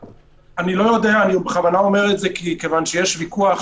אני בכוונה אומר את זה, מכיוון שיש ויכוח